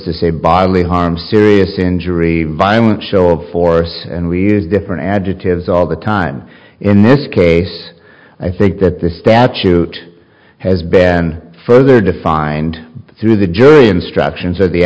to say bodily harm serious injury violent show of force and we are different agitators all the time in this case i think that the statute has been further defined through the jury instructions of the